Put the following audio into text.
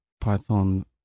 Python